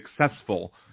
successful